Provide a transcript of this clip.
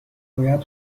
باید